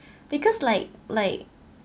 because like like